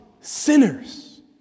sinners